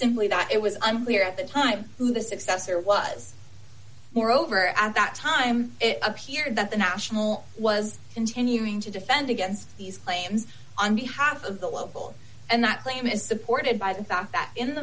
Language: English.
simply that it was unclear at the time who the successor was moreover at that time it appeared that the national was continuing to defend against these claims on behalf of the local and that claim is supported by the fact that in